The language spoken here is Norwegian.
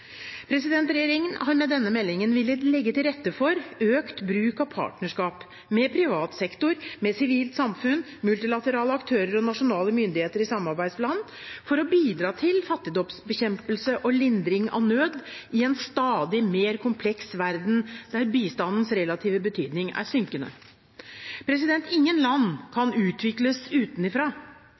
Regjeringen har med denne meldingen villet legge til rette for økt bruk av partnerskap med privat sektor, med sivilt samfunn, multilaterale aktører og nasjonale myndigheter i samarbeidsland – for å bidra til fattigdomsbekjempelse og lindring av nød i en stadig mer kompleks verden, der bistandens relative betydning er synkende. Ingen land kan utvikles utenfra.